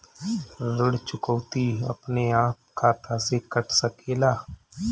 ऋण चुकौती अपने आप खाता से कट सकेला?